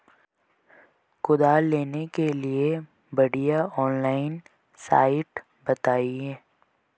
कुदाल लेने के लिए बढ़िया ऑनलाइन साइट बतायें?